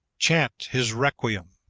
chant his requiem!